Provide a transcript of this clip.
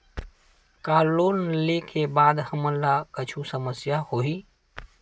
का लोन ले के बाद हमन ला कुछु समस्या होही?